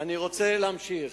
אני רוצה להמשיך.